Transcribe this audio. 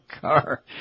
car